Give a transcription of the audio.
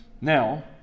Now